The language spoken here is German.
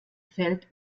feld